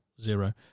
zero